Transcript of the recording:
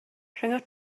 rhyngot